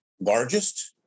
largest